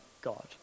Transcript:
God